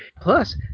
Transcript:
Plus